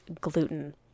Gluten